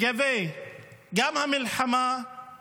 גם לגבי המלחמה וגם